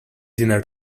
dinner